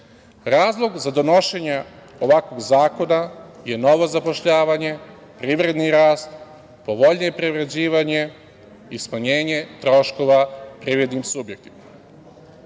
Razlog za donošenje ovakvog zakona je novo zapošljavanje, privredni rast, povoljnije privređivanje i smanjenje troškova privrednih